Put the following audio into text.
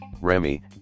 Remy